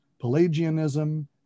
Pelagianism